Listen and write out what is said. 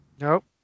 nope